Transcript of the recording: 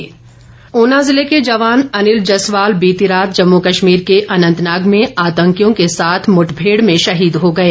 जवान शहीद ऊना जिले के जवान अनिल जसवाल बीती रात जम्मू कश्मीर के अनंतनाग में आतंकियों के साथ मुठभेड़ में शहीद हो गए